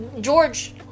George